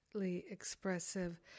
expressive